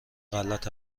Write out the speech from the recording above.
غلط